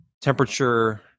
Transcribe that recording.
temperature